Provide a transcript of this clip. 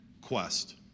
quest